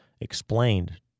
explained